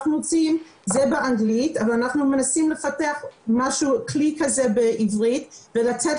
אנחנו מנסים לפתח כלי כזה בעברית ולתת